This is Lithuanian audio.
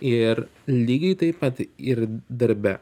ir lygiai taip pat ir darbe